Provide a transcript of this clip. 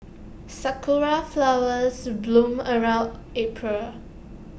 Sakura Flowers bloom around April